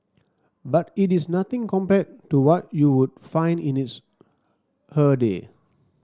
but it is nothing compared to what you would find in its her day